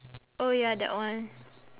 oh ya that one